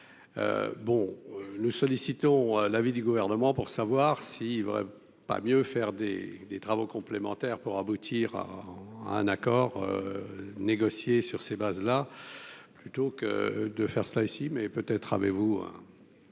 bon nous sollicitons l'avis du gouvernement pour savoir si vraiment pas mieux faire des des travaux complémentaires pour aboutir à un accord négocié sur ces bases-là, plutôt que de faire ça ici, mais peut être avez-vous.